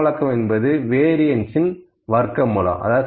திட்டவிலக்கம் என்பது வேரியண்ஸ் இன் வர்க்கமூலம்